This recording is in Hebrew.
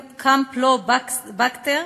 הקמפילובקטר,